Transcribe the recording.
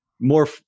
more